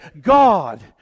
God